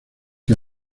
que